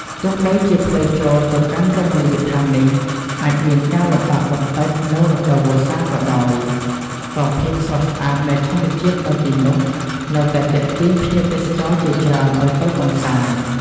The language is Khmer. ទោះបីជាផ្លូវចូលទៅកាន់រមណីយដ្ឋាននេះអាចមានការលំបាកបន្តិចនៅរដូវវស្សាក៏ដោយ ក៏ភាពស្រស់ស្អាតនៃធម្មជាតិនៅទីនោះនៅតែទាក់ទាញភ្ញៀវទេសចរជាច្រើនឱ្យទៅកម្សាន្ត។